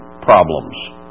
problems